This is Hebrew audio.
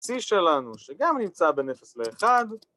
‫ה-C שלנו, שגם נמצא בין אפס לאחד.